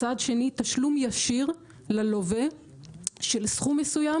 צעד שני תשלום ישיר ללווה של סכום מסוים